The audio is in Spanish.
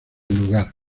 lugar